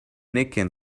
nicking